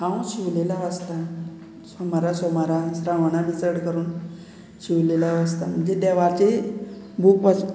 हांव शिवलिला वाचतां सोमारा सोमारा श्रावणां बी चड करून शिवलिला वाचतां म्हणजे देवाचे बूक